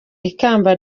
ikamba